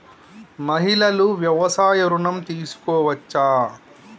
మహిళలు వ్యవసాయ ఋణం తీసుకోవచ్చా?